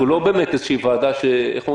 אנחנו לא באמת איזו ועדה שאיך אומרים?